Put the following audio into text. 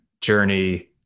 journey